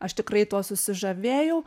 aš tikrai tuo susižavėjau